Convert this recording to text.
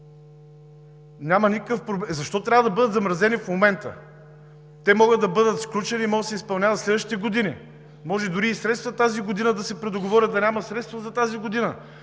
за България“.) Защо трябва да бъдат замразени в момента? Те могат да бъдат сключени и могат да се изпълняват в следващите години. Може дори средствата за тази година да се предоговорят и да няма средства за тази година,